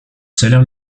salaire